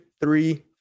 three